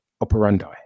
operandi